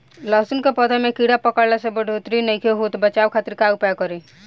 लहसुन के पौधा में कीड़ा पकड़ला से बढ़ोतरी नईखे होत बचाव खातिर का उपाय करी?